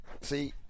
See